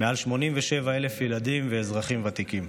מעל 87,000 ילדים ואזרחים ותיקים.